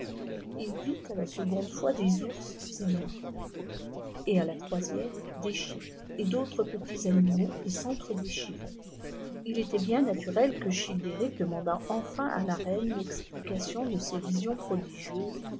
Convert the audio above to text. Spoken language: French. il vit à la seconde fois des oufs et des loups et à la troisième des chiens et d'autres petits animaux qui s'entrer il était bien naturel que ghildéric demandât enfin h h reine texplioation de ces visions prodigieuses